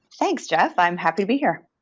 thanks, jeff. i'm happy to be here.